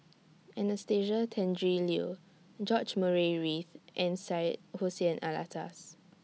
Anastasia Tjendri Liew George Murray Reith and Syed Hussein Alatas